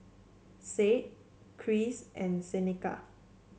Sade Cris and Seneca